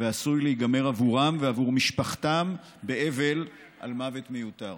ועשוי להיגמר עבורם ועבור משפחתם באבל על מוות מיותר.